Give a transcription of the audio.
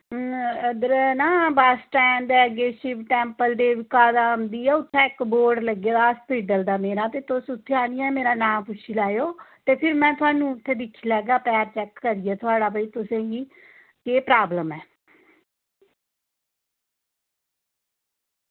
उद्धर ऐ ना बस स्टैंड दे अग्गें शिव टैम्पल देवका दा औंदी ऐ उत्थै इक बोर्ड लग्गे दा हास्पिटल दा मेरा ते तुस उत्थे आह्नियै मेरा नांऽ पुच्छी लैएओ ते फिर में थोआनू उत्थै दिक्खी लैगा पैर चेक करियै थोआढ़ा भाई तुसेंगी केह् प्राब्लम ऐ